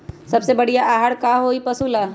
सबसे बढ़िया आहार का होई पशु ला?